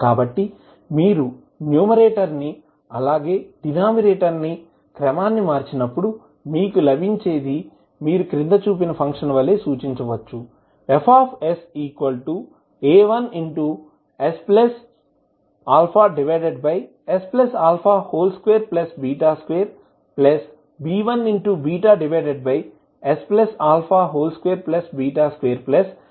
కాబట్టి మీరు న్యూమరేటర్ ని అలాగే డినామినేటర్ ని క్రమాన్ని మార్చినప్పుడు మీకు లభించేది మీరు క్రింద చూపిన ఫంక్షన్ వలె సూచించవచ్చు FsA1sαsα22B1sα22F1sఅవుతుంది